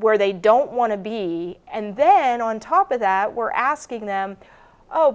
where they don't want to be and then on top of that we're asking them oh